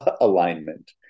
alignment